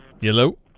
hello